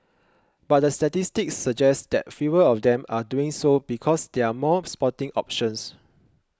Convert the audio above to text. but the statistics suggest that fewer of them are doing so because there are more sporting options